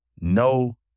No